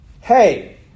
Hey